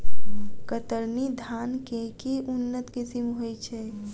कतरनी धान केँ के उन्नत किसिम होइ छैय?